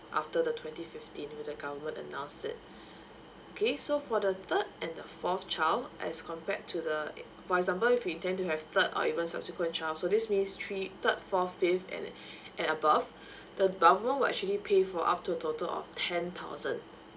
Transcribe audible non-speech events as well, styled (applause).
after the twenty fifteen when the government announced it okay so for the third and the fourth child as compared to the for example if we intend to have third or even subsequent child so this means three third fourth fifth and (breath) and above the government will actually pay for up to a total of ten thousand